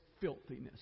filthiness